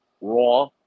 Raw